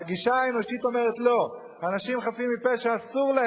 הגישה האנושית אומרת: לא, אנשים חפים מפשע, אסור,